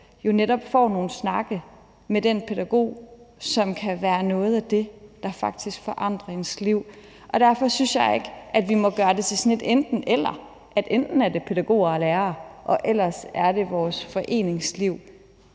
jo netop får nogle snakke med den pædagog, hvilket kan være noget af det, der faktisk forandrer ens liv. Derfor synes jeg ikke, at vi må gøre det til et enten-eller, altså at det enten er pædagoger og lærere, eller også er det vores foreningsliv,